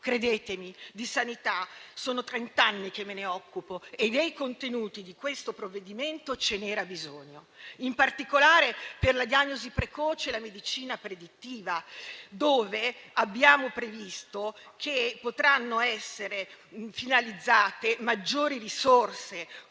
Credetemi: di sanità sono trent'anni che me ne occupo e dei contenuti di questo provvedimento c'era bisogno, in particolare per la diagnosi precoce e la medicina predittiva, dove abbiamo previsto che potranno essere finalizzate maggiori risorse